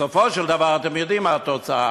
בסופו של דבר, אתם יודעים מה התוצאה?